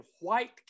White